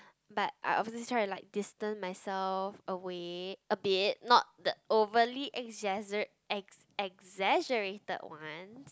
but I obviously try to like distance myself away a bit not like the overly exagge~ exaggerated one